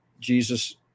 Jesus